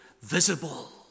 visible